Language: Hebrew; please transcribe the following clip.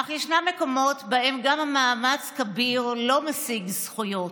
אך ישנם מקומות שבהם גם מאמץ כביר לא משיג זכויות,